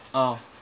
oh